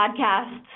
podcasts